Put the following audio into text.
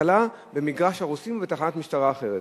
הקלה במגרש-הרוסים או בתחנת משטרה אחרת.